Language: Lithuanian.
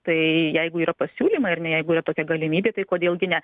tai jeigu yra pasiūlymai ar ne jeigu yra tokia galimybė tai kodėl gi ne